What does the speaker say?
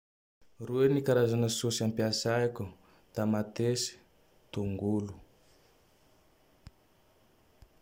Roy ny karazagne sôsy ampiasaiko: Tamatesy, Tongolo.